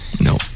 No